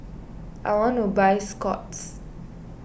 I want to buy Scott's